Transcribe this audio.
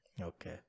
Okay